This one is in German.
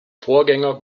vorgänger